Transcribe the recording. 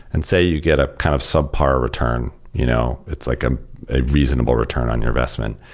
and say you get a kind of subpar return. you know it's like ah a reasonable return on your investment.